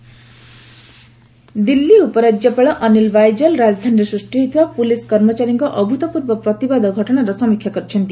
Delhi LG Delhi ଉପରାଜ୍ୟପାଳ ଅନିଲ୍ ବାଇଜଲ୍ ରାଜଧାନୀରେ ସୃଷ୍ଟି ହୋଇଥିବା ପୁଲିସ୍ କର୍ମଚାରୀଙ୍କ ଅଭୂତପୂର୍ବ ପ୍ରତିବାଦ ଘଟଣାର ସମୀକ୍ଷା କରିଛନ୍ତି